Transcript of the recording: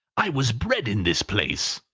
i was bred in this place.